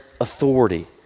authority